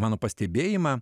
mano pastebėjimą